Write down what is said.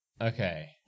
okay